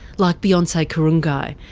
like beyonce kurungi.